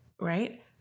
Right